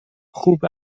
خوب